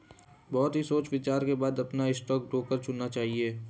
बहुत ही सोच विचार के बाद अपना स्टॉक ब्रोकर चुनना चाहिए